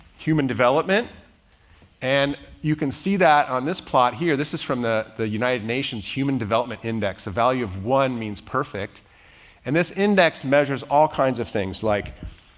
human development and you can see that on this plot here. this is from the the united nations human development index. a value of one means perfect and this index measures all kinds of things like